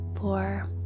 four